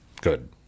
Good